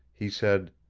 he said,